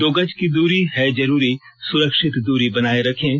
दो गज की दूरी है जरूरी सुरक्षित दूरी बनाए रखें